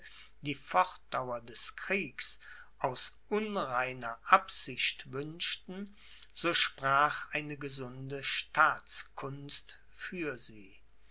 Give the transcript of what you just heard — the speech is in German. die fortdauer des kriegs aus unreiner absicht wünschten so sprach eine gesunde staatskunst für sie